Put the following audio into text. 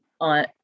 on